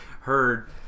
heard –